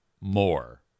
more